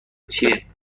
چیه؟ اینم